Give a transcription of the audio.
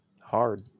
hard